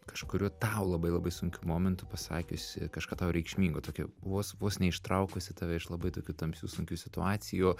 kažkuriu tau labai labai sunkiu momentu pasakiusi kažką tau reikšmingo tokia vos vos neištraukusi tave iš labai tokių tamsių sunkių situacijų